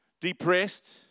Depressed